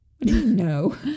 No